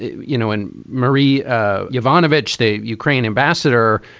you know, anne marie jovanovic, the ukraine ambassador,